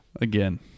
again